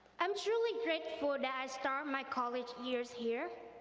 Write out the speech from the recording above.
i'm truly grateful that i start my college years here,